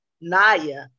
Naya